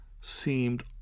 seemed